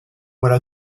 voilà